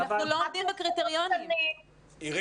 אבל אנחנו לא עומדים בקריטריונים, אף אחד מאיתנו.